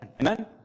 Amen